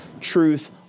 Truth